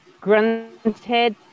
grunted